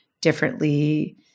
differently